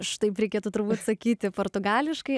štaip reikėtų turbūt sakyti portugališkai